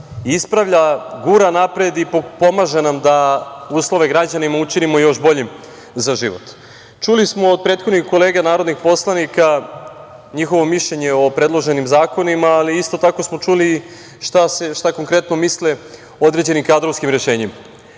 ispravlja, gura napred i pomaže nam da uslove građanima učinimo još boljim za život. Čuli smo od prethodnih kolega narodnih poslanika njihovo mišljenje o predloženim zakonima, ali isto tako smo čuli i šta konkretno misle određenim kadrovskim rešenjima. Moje